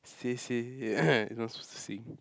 see see you're not supposed to see